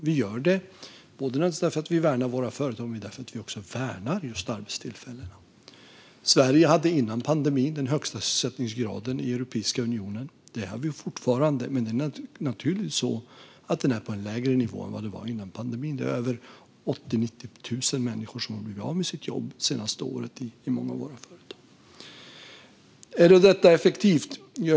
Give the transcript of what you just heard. Vi gör det naturligtvis för att vi värnar våra företag, men vi värnar ju också just arbetstillfällen. Sverige hade innan pandemin den högsta sysselsättningsgraden i Europeiska unionen. Det har vi fortfarande, men naturligtvis är den på en lägre nivå än vad den var innan pandemin; det är 80 000-90 000 människor som har blivit av med sitt jobb det senaste året. Är då detta effektivt?